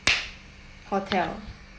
hotel